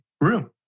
room